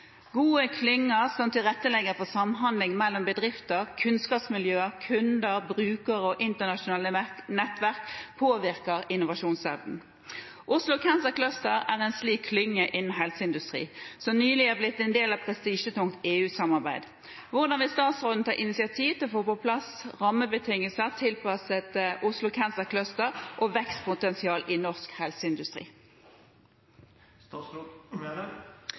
Gode klynger som tilrettelegger for samhandling mellom bedrifter, kunnskapsmiljøer, kunder, brukere og internasjonale nettverk påvirker innovasjonsevnen. Oslo Cancer Cluster er en slik klynge innen helseindustri, som nylig er blitt del av et prestisjetungt EU-samarbeid. Hvordan vil statsråden ta initiativ til å få på plass rammebetingelser tilpasset OCC og vekstpotensial i norsk helseindustri?»